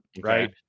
Right